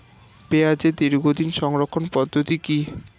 পেঁয়াজের দীর্ঘদিন সংরক্ষণ পদ্ধতি কি?